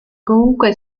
comunque